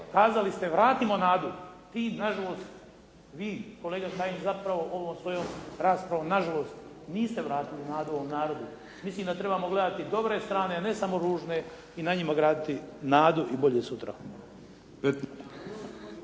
kazali ste vratimo nadu. Vi na žalost, vi kolega Kajin zapravo ovom svojom raspravom na žalost niste vratili nadu ovom narodu. Mislim da trebamo gledati dobre strane, a ne samo ružne i na njima graditi nadu i bolje sutra.